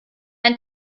ein